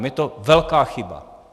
Je to velká chyba.